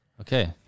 Okay